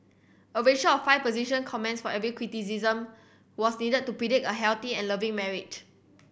a ratio of five position comments for every criticism was needed to predict a healthy and loving marriage